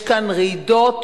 יש כאן רעידות